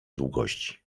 długości